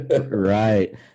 Right